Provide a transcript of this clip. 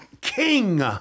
king